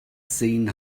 seen